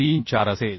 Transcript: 34 असेल